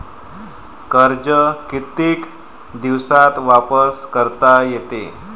कर्ज कितीक दिवसात वापस करता येते?